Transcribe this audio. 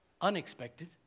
unexpected